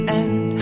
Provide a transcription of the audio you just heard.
end